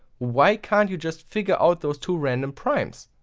why can't you just figure out those two random primes?